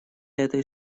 этой